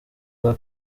rwa